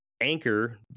Anchor